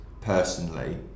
personally